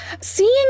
seeing